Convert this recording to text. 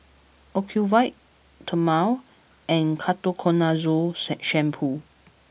Ocuvite Dermale and Ketoconazole shampoo